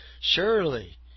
Surely